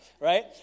Right